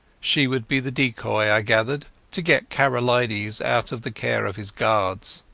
she would be the decoy, i gathered, to get karolides out of the care of his guards.